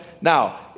Now